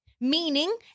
meaning